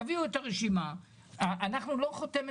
אנחנו פותחים